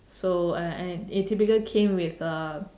so I and it typical came with a